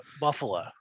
Buffalo